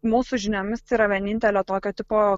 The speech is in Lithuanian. mūsų žiniomis tai yra vienintelė tokio tipo